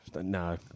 No